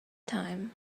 time